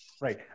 right